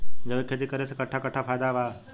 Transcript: जैविक खेती करे से कट्ठा कट्ठा फायदा बा?